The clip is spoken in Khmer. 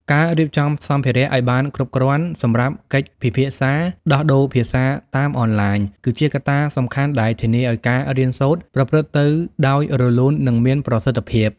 ការរៀបចំសម្ភារៈឱ្យបានគ្រប់គ្រាន់សម្រាប់កិច្ចពិភាក្សាដោះដូរភាសាតាមអនឡាញ គឺជាកត្តាសំខាន់ដែលធានាឱ្យការរៀនសូត្រប្រព្រឹត្តទៅដោយរលូន និងមានប្រសិទ្ធភាព។